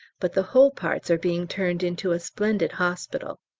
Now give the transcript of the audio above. but the whole parts are being turned into a splendid hospital.